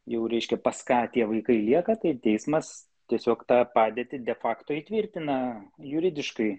jau reiškia pas ką tie vaikai lieka tai teismas tiesiog tą padėtį de fakto įtvirtina juridiškai